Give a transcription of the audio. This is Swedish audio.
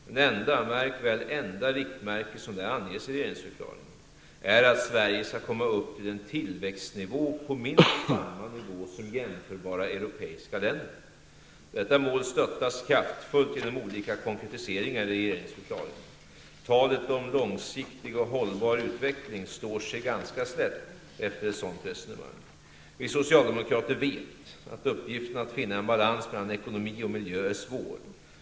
Det enda -- märk väl enda -- riktmärke som i det sammanhanget anges i regeringsförklaringen är att Sverige skall komma upp på minst samma tillväxtnivå som jämförbara europeiska länder. Detta mål stöttas kraftfullt genom olika konkretiseringar i regeringsförklaringen. Talet om en långsiktig och hållbar utveckling står sig ganska slätt efter ett sådant resonemang. Vi socialdemokrater vet att uppgiften att finna en balans mellan ekonomi och miljö är svår.